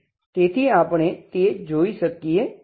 તેથી આપણે તે જોઈ શકીએ છીએ